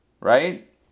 right